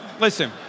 Listen